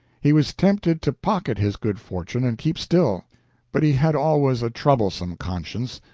he was tempted to pocket his good fortune and keep still but he had always a troublesome conscience.